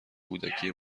کودکی